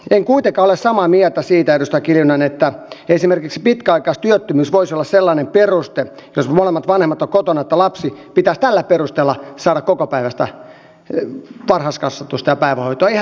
en kuitenkaan ole samaa mieltä siitä edustaja kiljunen että esimerkiksi pitkäaikaistyöttömyys voisi olla sellainen peruste jos molemmat vanhemmat ovat kotona että lapsen pitäisi tällä perusteella saada kokopäiväistä varhaiskasvatusta ja päivähoitoa